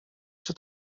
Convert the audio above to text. czy